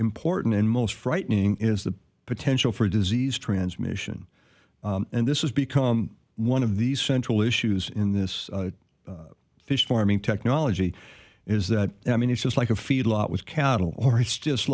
important and most frightening is the potential for disease transmission and this has become one of the central issues in this fish farming technology is that i mean it's just like a feedlot with cattle or it's just